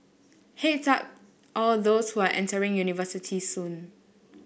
head's up all those who are entering university soon